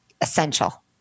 essential